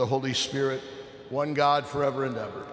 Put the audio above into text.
the holy spirit one god forever and ever